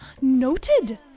Noted